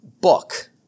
book